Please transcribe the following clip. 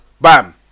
Bam